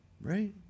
right